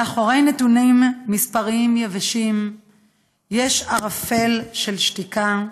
מאחורי נתונים מספריים יבשים יש ערפל של שתיקה,